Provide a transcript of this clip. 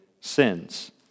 sins